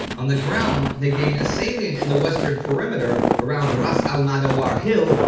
on the ground, they gain a salient in the western perimeter around ras el madauar hill,